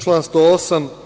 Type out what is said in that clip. Član 108.